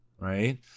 Right